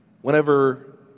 Whenever